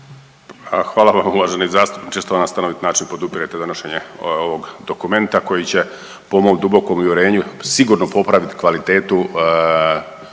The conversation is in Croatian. hvala vam uvaženi zastupniče što na stanovit način podupirete donošenje ovog dokumenta koji će, po mom dubokom uvjerenju, sigurno popraviti kvalitetu